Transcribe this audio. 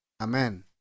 Amen